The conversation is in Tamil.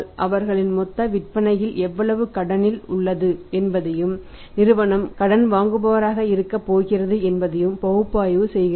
அவர்களின் மொத்த விற்பனையில் எவ்வளவு கடனில் உள்ளது என்பதையும் நிறுவனம் கடன் வாங்குபவராக இருக்கப் போகிறது என்பதை பகுப்பாய்வு செய்கிறது